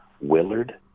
Willard